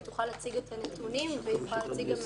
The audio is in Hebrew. היא תוכל להציג את הנתונים וגם נוהל